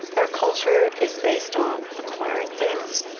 our culture is based on acquiring things,